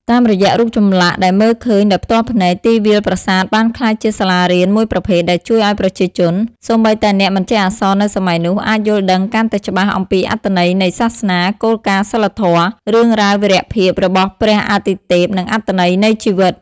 តាមរយៈរូបចម្លាក់ដែលមើលឃើញដោយផ្ទាល់ភ្នែក ទីវាលប្រាសាទបានក្លាយជា សាលារៀន មួយប្រភេទ ដែលជួយឲ្យប្រជាជន (សូម្បីតែអ្នកមិនចេះអក្សរនៅសម័យនោះ) អាច យល់ដឹងកាន់តែច្បាស់អំពីអត្ថន័យនៃសាសនា គោលការណ៍សីលធម៌ រឿងរ៉ាវវីរភាពរបស់ព្រះអាទិទេព និងអត្ថន័យនៃជីវិត។